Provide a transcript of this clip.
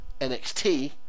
NXT